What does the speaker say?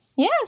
Yes